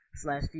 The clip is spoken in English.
slash